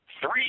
three